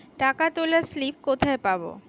টাকা তোলার স্লিপ কোথায় পাব?